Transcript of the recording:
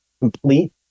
complete